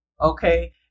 Okay